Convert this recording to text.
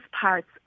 parts